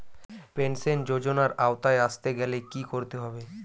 Pension যজোনার আওতায় আসতে গেলে কি করতে হবে?